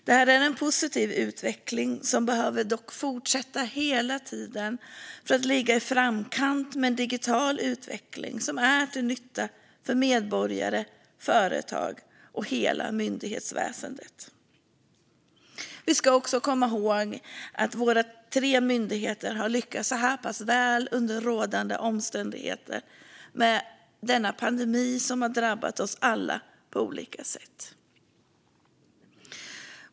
Det är en positiv utveckling som dock hela tiden behöver fortsätta för att man ska ligga i framkant i en digital utveckling som är till nytta för medborgare, företag och hela myndighetsväsendet. Vi ska komma ihåg att våra tre myndigheter har lyckats så här väl under rådande omständigheter, med den pandemi som har drabbat oss alla på olika sätt.